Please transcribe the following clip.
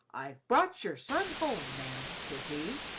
i've brought your son home, ma'am ses he,